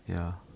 ya